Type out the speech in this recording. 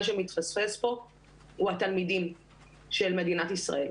שמתפספס פה הוא התלמידים של מדינת ישראל,